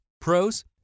Pros